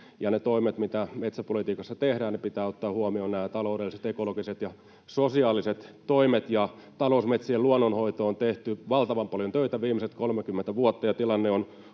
toimissa, mitä metsäpolitiikassa tehdään, pitää ottaa huomioon nämä taloudelliset, ekologiset ja sosiaaliset toimet. Talousmetsien luonnonhoitoon on tehty valtavan paljon töitä viimeiset 30 vuotta,